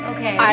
Okay